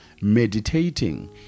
meditating